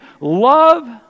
love